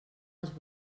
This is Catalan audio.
els